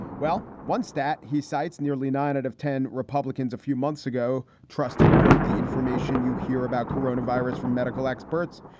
well, once that he cites nearly nine out of ten republicans a few months ago trusted, quote, the information you hear about corona virus from medical experts.